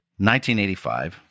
1985